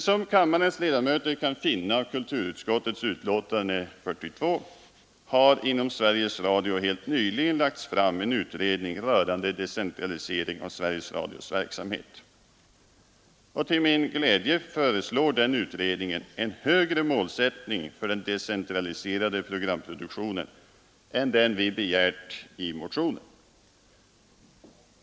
Som kammarens ledamöter kan finna av kulturutskottets betänkande nr 42 har emellertid inom Sveriges Radio helt nyligen lagts fram en utredning rörande decentralisering av Sveriges Radios verksamhet. Till min glädje föreslår denna utredning en högre målsättning för den decentraliserade programproduktionen än den vi begärt i motionen.